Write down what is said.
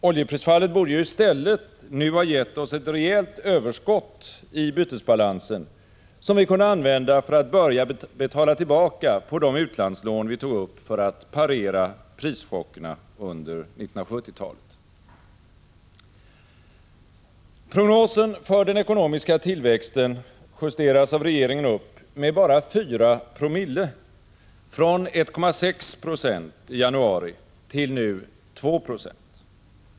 Oljeprisfallet borde ju i stället nu ha gett oss ett rejält överskott i bytesbalansen som vi kunde använda för att börja betala tillbaka på de utlandslån vi tog upp för att parera prischockerna under 1970-talet. Prognosen för den ekonomiska tillväxten justeras av regeringen upp med bara 4 promille, från 1,6 ei januari till nu 2 Z.